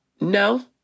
No